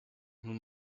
nous